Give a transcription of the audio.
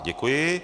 Děkuji.